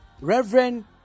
reverend